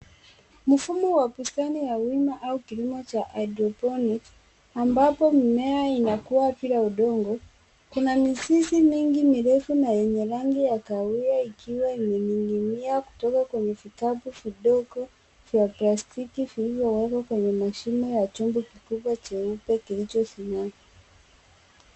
Mfumo wa bustani ya wima au kilimo cha hydroponics ambapo mimea inakua bila udongo, kuna mizizi mingi mirefu na yenye rangi ya kahawia ikiwa imening'inia kutoka kwenye vikapu vidogo vya plastiki vilivyowekwa kwenye mashimo ya chombo kikubwa jeupe kilichosimama.